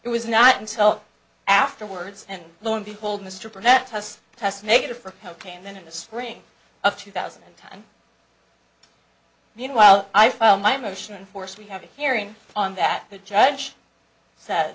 it was not until afterwards and lo and behold mr burnett test test negative for cocaine and then in the spring of two thousand and time meanwhile i filed my motion and force we have a hearing on that the judge said